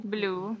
Blue